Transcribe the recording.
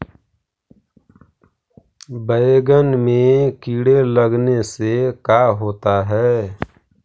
बैंगन में कीड़े लगने से का होता है?